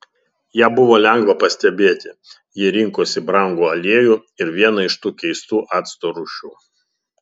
ją buvo lengva pastebėti ji rinkosi brangų aliejų ir vieną iš tų keistų acto rūšių